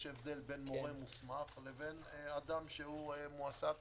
יש הבדל בין מורה מוסמך לבין אדם שמועסק